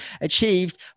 achieved